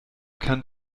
kann